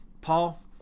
paul